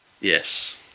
Yes